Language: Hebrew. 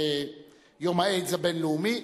יום האיידס הבין-לאומי.